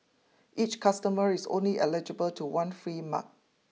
each customer is only eligible to one free mug